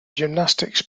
gymnastics